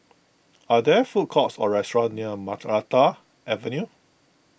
are there food courts or restaurants near Maranta Avenue